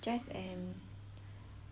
remember I tell you before